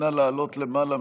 אנא לעלות למעלה,